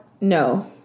No